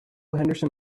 henderson